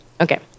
Okay